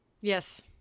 yes